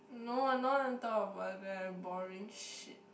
no I don't want to talk about that boring shit